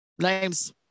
Names